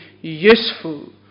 useful